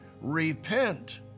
Repent